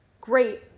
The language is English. great